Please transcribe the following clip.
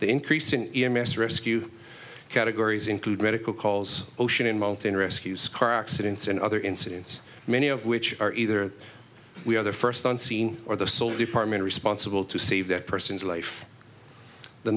the increase in e m s rescue categories include medical calls ocean in mountain rescues car accidents and other incidents many of which are either we are the first on scene or the soul department responsible to save that person's life the